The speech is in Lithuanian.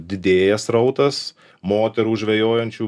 didėja srautas moterų žvejojančių